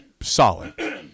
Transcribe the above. solid